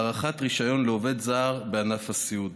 הארכת רישיון לעובד זר בענף הסיעוד.